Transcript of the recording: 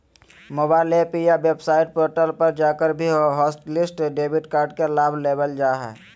mobile app या website portal पर जाकर भी हॉटलिस्ट डेबिट कार्ड के लाभ लेबल जा हय